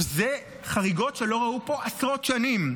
אלו חריגות שלא ראו פה עשרות שנים.